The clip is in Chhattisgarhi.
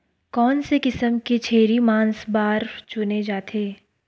कोन से किसम के छेरी मांस बार चुने जाथे?